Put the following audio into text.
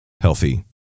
healthy